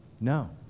No